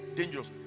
dangerous